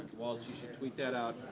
you should tweet that out.